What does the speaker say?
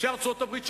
נחמן